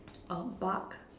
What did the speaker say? a bug